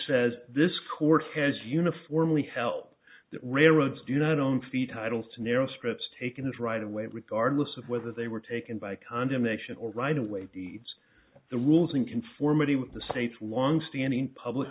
says this court has uniformly help that railroads do not own fee titles to narrow strips taken us right away regardless of whether they were taken by condemnation or right away deeds the rules in conformity with the state's longstanding public